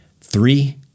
Three